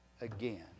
again